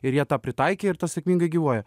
ir jie tą pritaikė ir sėkmingai gyvuoja